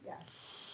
yes